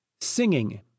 singing